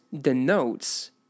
denotes